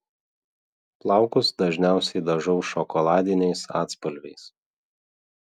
plaukus dažniausiai dažau šokoladiniais atspalviais